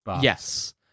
yes